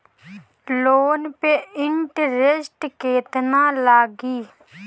Loan पे interest केतना लागी?